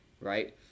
right